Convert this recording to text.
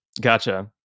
Gotcha